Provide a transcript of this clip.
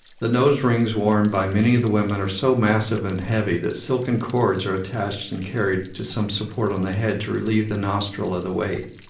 the nose-rings worn by many of the women are so massive and heavy that silken cords are attached and carried to some support on the head to relieve the nostril of the weight.